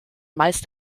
meist